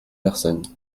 personnes